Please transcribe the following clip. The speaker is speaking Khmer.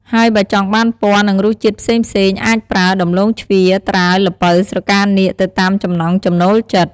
ហើយបើចង់បានពណ៌ និងរសជាតិផេ្សងៗអាចប្រើ ដំឡូងជ្វា ត្រាវ ល្ពៅ ស្រកានាគ ទៅតាមចំណង់ចំណូលចិត្ត។